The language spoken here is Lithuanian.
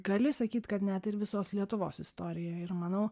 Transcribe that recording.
gali sakyt kad net ir visos lietuvos istorija ir manau